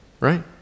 Right